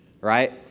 right